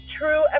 true